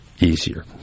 easier